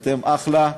אתם אחלה,